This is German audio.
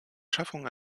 schaffung